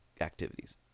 activities